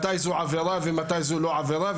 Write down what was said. מתי זו עבירה ומתי זו לא עבירה,